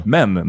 Men